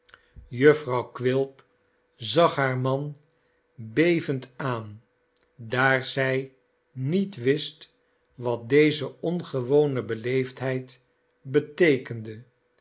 jufvrouw quilp zag haar man bevend aan daar zij niet wist wat deze ongewone beleefdheid beteekende